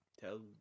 tell